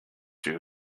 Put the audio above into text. you